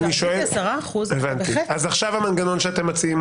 אם כן, מה עכשיו המנגנון שאתם מציעים?